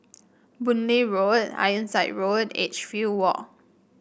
Boon Lay Way Ironside Road Edgefield Walk